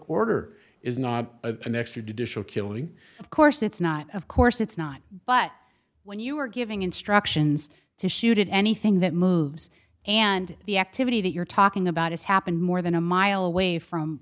order is not a an extradition killing of course it's not of course it's not but when you are giving instructions to shoot anything that moves and the activity that you're talking about has happened more than a mile away from